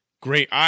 Great